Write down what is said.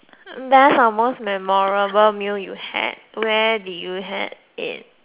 best or most memorable meal you had where did you had it